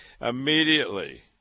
immediately